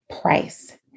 price